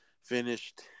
finished